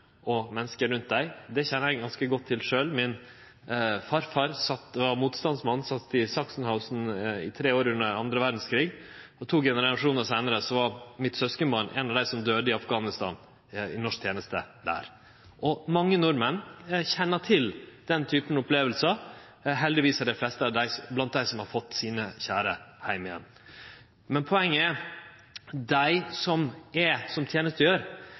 og menneska rundt dei. Det kjenner eg ganske godt til sjølv. Min farfar, som var motstandsmann, sat i Sachsenhausen i tre år under andre verdskrigen, og to generasjonar seinare var søskenbarnet mitt ein av dei som døydde i Afghanistan, i norsk teneste der. Mange nordmenn kjenner til slike opplevingar. Heldigvis har dei fleste av dei fått sine kjære heim igjen. Poenget er at dei som tenestegjer, er